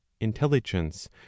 intelligence